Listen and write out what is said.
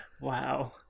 Wow